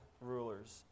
rulers